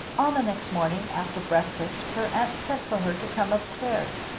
on the next morning after breakfast her aunt sent for her to come up-stairs.